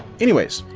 anyways,